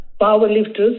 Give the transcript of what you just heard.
powerlifters